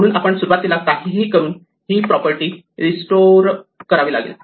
म्हणून आपल्याला काहीही करून ही प्रॉपर्टी रीस्टोअर करावी लागेल